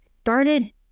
started